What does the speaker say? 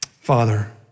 Father